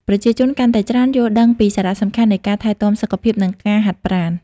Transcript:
ប្រជាជនកាន់តែច្រើនយល់ដឹងពីសារៈសំខាន់នៃការថែទាំសុខភាព និងការហាត់ប្រាណ។